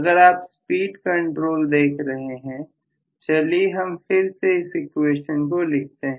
अगर आप speed control देख रहे हैं चलिए हम फिर से इस क्वेश्चन को लिखते हैं